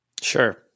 sure